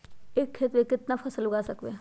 एक खेत मे केतना फसल उगाय सकबै?